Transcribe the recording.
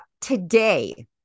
today